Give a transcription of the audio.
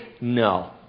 No